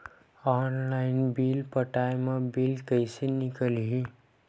Online bill पटाय मा bill कइसे निकलही?